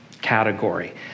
category